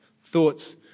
thoughts